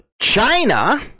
China